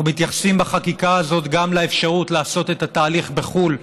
אנחנו מתייחסים בחקיקה הזאת גם לאפשרות לעשות את התהליך בחו"ל,